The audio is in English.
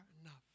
enough